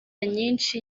nyinshi